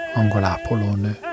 angolápolónő